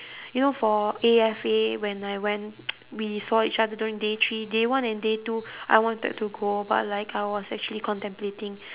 you know for A_F_A when I went we saw each other during day three day one and day two I wanted to go but like I was actually contemplating